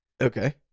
Okay